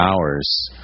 hours